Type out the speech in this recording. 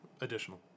Additional